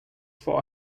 for